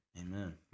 Amen